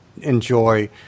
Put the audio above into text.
enjoy